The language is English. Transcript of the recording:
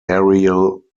aerial